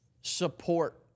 support